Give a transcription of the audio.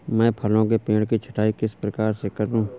मैं फलों के पेड़ की छटाई किस प्रकार से करूं?